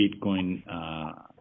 Bitcoin